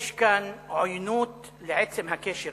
יש כאן עוינות לעצם הקשר.